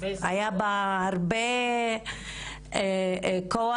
היה בה הרבה כוח,